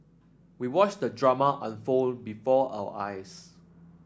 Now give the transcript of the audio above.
we watched the drama unfold before our eyes